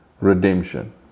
redemption